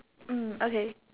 mm okay